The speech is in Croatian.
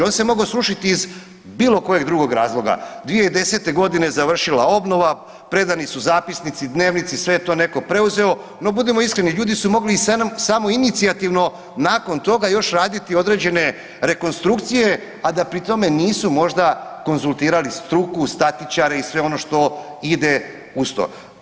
On se mogao srušiti iz bilokojeg drugog razloga, 2010. završila obnova, predani su zapisnici, dnevnici, sve je to neko preuzeo, no budimo iskreni, ljudi su mogli i samoinicijativno nakon toga još raditi određene rekonstrukcije a da pri tome nisu možda konzultirali struku, statičare i sve ono što ide uz to.